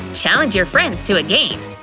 challenge your friends to a game!